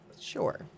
Sure